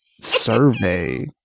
survey